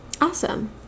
awesome